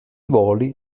voli